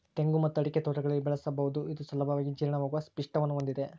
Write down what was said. ತೆಂಗು ಮತ್ತು ಅಡಿಕೆ ತೋಟಗಳಲ್ಲಿ ಬೆಳೆಸಬಹುದು ಇದು ಸುಲಭವಾಗಿ ಜೀರ್ಣವಾಗುವ ಪಿಷ್ಟವನ್ನು ಹೊಂದಿದೆ